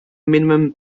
minimum